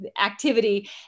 activity